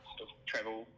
travel